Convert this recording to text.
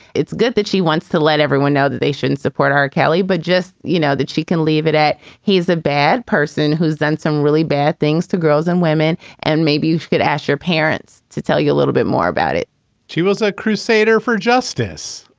it's good that she wants to let everyone know that they shouldn't support her. kelly but just, you know, that she can leave it at. he's a bad person who's done some really bad things to girls and women. and maybe you could ask your parents to tell you a little bit more about it she was a crusader for justice.